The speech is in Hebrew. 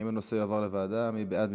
האם הנושא יועבר לוועדה, מי בעד?